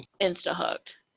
insta-hooked